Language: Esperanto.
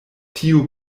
tiu